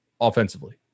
offensively